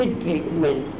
treatment